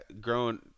growing –